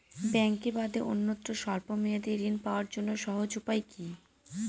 ব্যাঙ্কে বাদে অন্যত্র স্বল্প মেয়াদি ঋণ পাওয়ার জন্য সহজ উপায় কি?